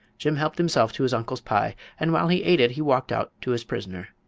jim helped himself to his uncle's pie, and while he ate it he walked out to his prisoner.